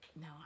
No